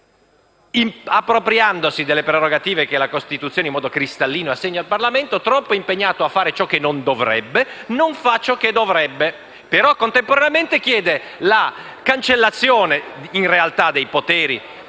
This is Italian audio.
appropriandosi delle prerogative che la Costituzione, in modo cristallino, assegna al Parlamento, troppo impegnato a fare ciò che non dovrebbe, non fa ciò che dovrebbe. Contemporaneamente chiede la cancellazione, in realtà, dei poteri